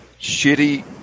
shitty